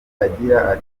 agira